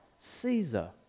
Caesar